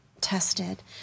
tested